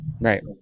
Right